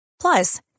Plus